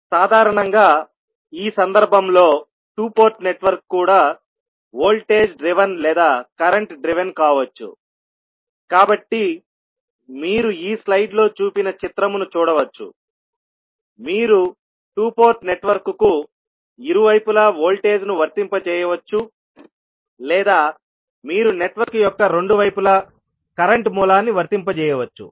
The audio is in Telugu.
సాధారణంగా ఈ సందర్భంలో 2 పోర్ట్ నెట్వర్క్ కూడా వోల్టేజ్ డ్రివెన్ లేదా కరెంట్ డ్రివెన్ కావచ్చు కాబట్టి మీరు ఈ స్లైడ్లో చూపిన చిత్రము ను చూడవచ్చు మీరు 2 పోర్ట్ నెట్వర్క్కు ఇరువైపులా వోల్టేజ్ను వర్తింపజేయవచ్చు లేదా మీరు నెట్వర్క్ యొక్క రెండు వైపులా కరెంట్ మూలాన్ని వర్తింపజేయవచ్చు